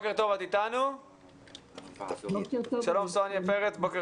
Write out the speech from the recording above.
שלום סוניה פרץ, בוקר